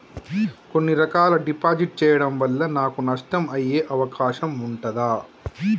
కొన్ని రకాల డిపాజిట్ చెయ్యడం వల్ల నాకు నష్టం అయ్యే అవకాశం ఉంటదా?